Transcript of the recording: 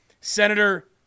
Senator